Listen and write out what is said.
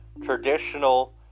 traditional